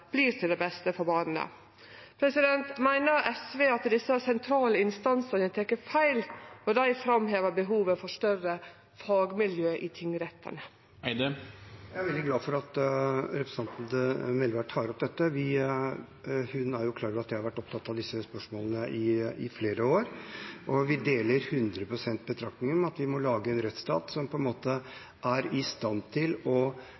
beste for barnet. Meiner SV at desse sentrale instansane tek feil når dei framhevar behovet for større fagmiljø i tingrettane? Jeg er veldig glad for at representanten Melvær tar opp dette. Hun er jo klar over at jeg har vært opptatt av disse spørsmålene i flere år, og vi deler hundre prosent betraktningen om at vi må lage en rettsstat som er i stand til